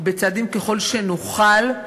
צעדים ככל שנוכל.